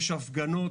יש הפגנות.